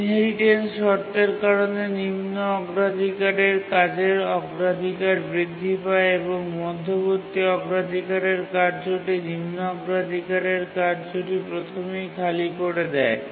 inheritance শর্তের কারণে নিম্ন অগ্রাধিকারের কাজের অগ্রাধিকার বৃদ্ধি পায় এবং মধ্যবর্তী অগ্রাধিকারের কার্যটি নিম্ন অগ্রাধিকারের কার্যটি প্রথমেই খালি করে দেয়